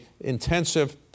intensive